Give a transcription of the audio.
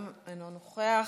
גם אינו נוכח,